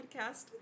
podcast